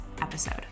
episode